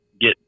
get